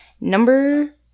number